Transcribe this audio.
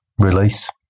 release